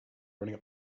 running